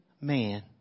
man